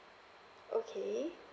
okay